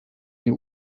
die